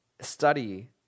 study